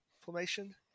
formation